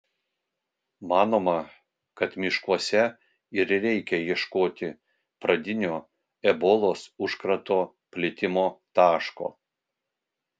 manoma kad miškuose ir reikia ieškoti pradinio ebolos užkrato plitimo taško